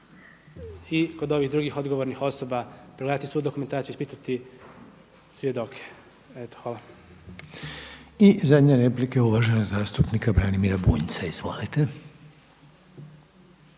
i kod ovih drugih odgovornih osoba pregledati svu dokumentaciju, ispitati svjedoke. Eto hvala. **Reiner, Željko (HDZ)** I zadnja replika je uvaženog zastupnika Branimira Bunjca, izvolite.